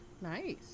Nice